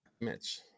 mitch